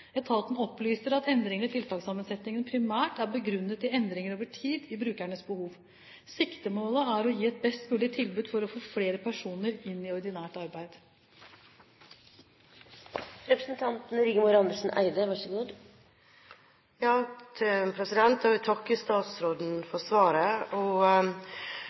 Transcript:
Etaten opplyser at endringen i tiltakssammensetningen primært er begrunnet i endringer over tid i brukernes behov. Siktemålet er å gi et best mulig tilbud for å få flere personer inn i ordinært arbeid. Jeg vil takke statsråden for svaret. Det er riktig som statsråden sier, i Møre og Romsdal får attføringsbedriftene et forventet nedtrekk på mellom 5 og